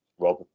Rob